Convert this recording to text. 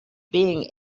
being